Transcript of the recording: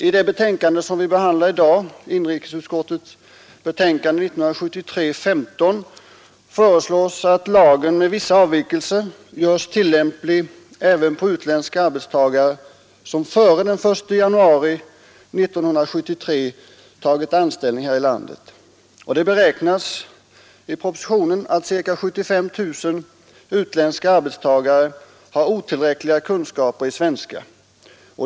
I inrikesutskottets betänkande nr 15, som nu behandlas, föreslås att lagen — med vissa avvikelser — görs tillämplig även på utländsk arbetstagare som före den 1 januari 1973 tagit anställning här i landet. Det beräknas att ca 75 000 utländska arbetstagare har otillräckliga kunskaper i svenska.